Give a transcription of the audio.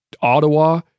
Ottawa